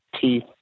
teeth